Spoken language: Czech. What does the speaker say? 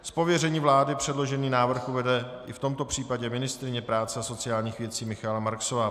Z pověření vlády předložený návrh uvede i v tomto případě ministryně práce a sociálních věcí Michaela Marksová.